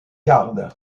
garde